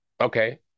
okay